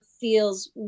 feels